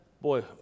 boy